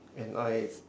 and I